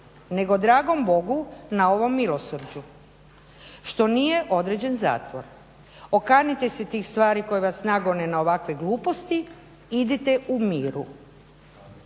nego dragom Bogu na ovom milosrđu što nije određen zatvor. Okanite se tih stvari koje vas nagone na ovakve gluposti, idite u miru.